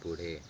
पुढे